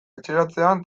etxeratzean